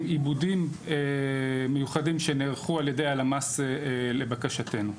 הם עיבודים מיוחדים שנערכו על ידי הלמ״ס לבקשתנו.